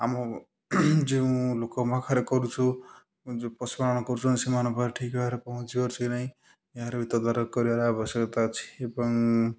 ଆମ ଯେଉଁ ଲୋକ ପାଖରେ କରୁଛୁ ଯେଉଁ ପଶୁ ପାଳନ କରୁଛନ୍ତି ସେମାନଙ୍କ ପାଖରେ ଠିକ୍ ଭାବରେ ପହଞ୍ଚି ପାରୁଛି କି ନାହିଁ ଏହାର ବି ତଦାରଖ କରିବାର ଆବଶ୍ୟକତା ଅଛି ଏବଂ